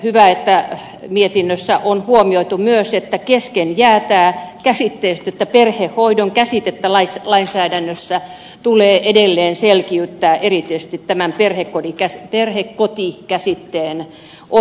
hyvä että mietinnössä on huomioitu myös että kesken jää tämä käsitteistö että perhehoidon käsitettä lainsäädännössä tulee edelleen selkiyttää erityisesti tämän perhekoti käsitteen osalta